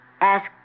ask